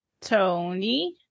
Tony